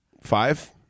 Five